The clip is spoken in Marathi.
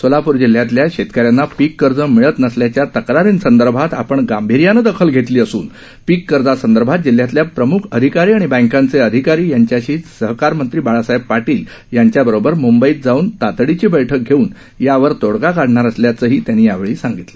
सोलापूर जिल्ह्यातल्या शेतकऱ्यांना पीक कर्ज मिळत नसल्याच्या तक्रारींसंदर्भात आपण गांभीर्याने दखल घेतली असून पीक कर्जासंदर्भात जिल्हयातल्या प्रमुख अधिकारी आणि बँकांचे अधिकारी यांच्याशी सहकार मंत्री बाळासाहेब पाटील यांच्याबरोबर मुंबईत तातडीची बैठक घेऊन यावर तोडगा काढणार असल्याचंही त्यांनी यावेळी सांगितलं